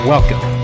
Welcome